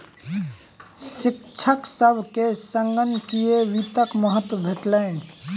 शिक्षक सभ के संगणकीय वित्तक महत्त्व बतौलैन